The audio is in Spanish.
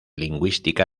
lingüística